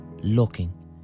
looking